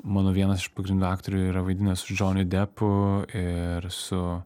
mano vienas iš pagrindinių aktorių yra vaidinęs su džoniu depu ir su